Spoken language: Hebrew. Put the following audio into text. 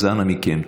אנא מכם,